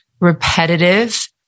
repetitive